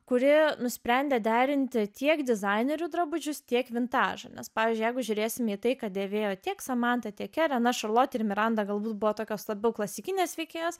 kurie nusprendė derinti tiek dizainerių drabužius tiek vintažą nes pavyzdžiui jeigu žiūrėsime į tai ką dėvėjo tiek samanta šarlotė ir miranda galbūt buvo tokios labiau klasikinės veikėjos